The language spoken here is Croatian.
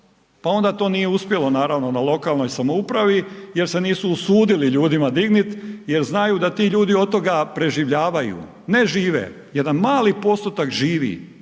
pa onda to nije uspjelo naravno na lokalnoj samoupravi jer se nisu usudili ljudima dignit jel, znaju da ti ljudi od toga preživljavaju ne žive, jedan mali postotak živi,